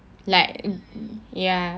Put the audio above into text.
like ya